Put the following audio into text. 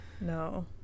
No